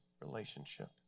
relationship